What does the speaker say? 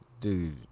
Dude